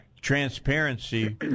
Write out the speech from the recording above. transparency